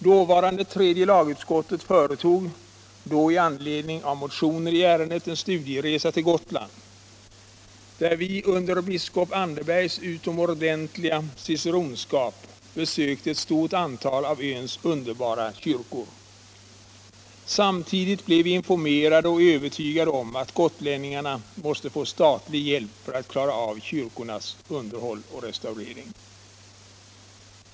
Dåvarande tredje lagutskottet företog då i anledning av motioner i ärendet en studieresa till Gotland, där utskottet under biskop Anderbergs utomordentliga ciceronskap besökte ett stort antal av öns underbara kyrkor. Samtidigt blev vi informerade och övertygade om att gotlänningarna måste få statlig hjälp för att klara av kyrkornas underhåll och restaurering.